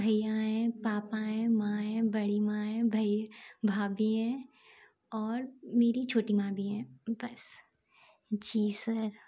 भैया है पापा है माँ है बड़ी माँ है भाई भाभी है और मेरी छोटी माँ भी है बस जी सर